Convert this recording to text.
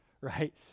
right